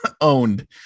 owned